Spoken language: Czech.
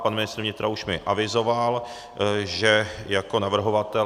Pan ministr vnitra už mi avizoval, že jako navrhovatel.